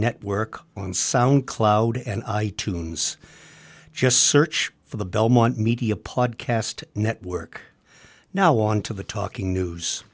network on sound cloud and i tunes just search for the belmont media podcast network now on to the talking news